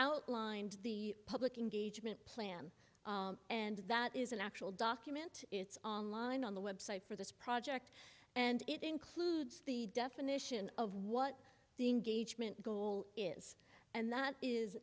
outlined the public engagement plan and that is an actual document it's online on the web site for this project and it includes the definition of what the engagement goal is and that is